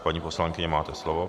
Paní poslankyně, máte slovo.